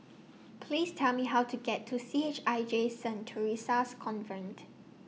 Please Tell Me How to get to C H I J Saint Theresa's Convent